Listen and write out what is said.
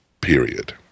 period